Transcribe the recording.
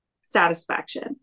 satisfaction